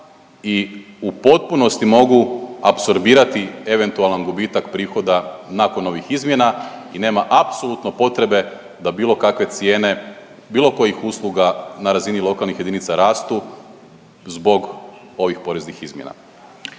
i u potpunosti mogu apsorbirati eventualan gubitak prihoda nakon ovih izmjena i nema apsolutno potrebe da bilo kakve cijene bilo kojih usluga na razini lokalnih jedinica rastu zbog ovih poreznih izmjena.